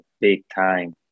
big-time